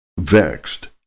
vexed